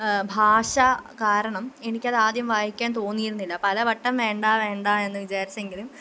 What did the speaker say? ഭാഷ കാരണം എനിക്കതാദ്യം വായിക്കാന് തോന്നിയിരുന്നില്ല പലവട്ടം വേണ്ടാ വേണ്ടാ എന്ന് വിചാരിച്ചെങ്കിലും